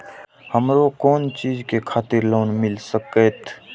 हमरो कोन चीज के खातिर लोन मिल संकेत?